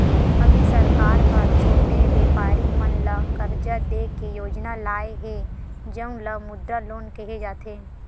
अभी सरकार ह छोटे बेपारी मन ल करजा दे के योजना लाए हे जउन ल मुद्रा लोन केहे जाथे